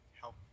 help